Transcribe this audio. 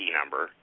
number